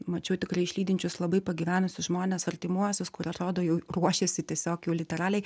mačiau tikrai išlydinčius labai pagyvenusius žmones artimuosius kurie atrodo jau ruošėsi tiesiog jau literaliai